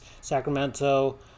Sacramento